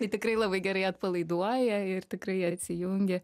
tai tikrai labai gerai atpalaiduoja ir tikrai atsijungi